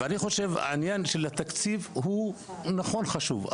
ואני חושב שהעניין של התקציב נכון חשוב,